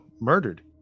murdered